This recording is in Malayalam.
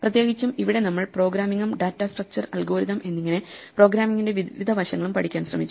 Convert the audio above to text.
പ്രത്യേകിച്ചും ഇവിടെ നമ്മൾ പ്രോഗ്രാമിംഗും ഡാറ്റ സ്ട്രക്ച്ചർ അൽഗോരിതം എന്നിങ്ങനെ പ്രോഗ്രാമിംഗിന്റെ വിവിധ വശങ്ങളും പഠിക്കാൻ ശ്രമിച്ചു